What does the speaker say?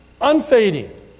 unfading